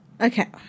Okay